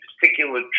particular